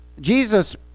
Jesus